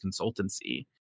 consultancy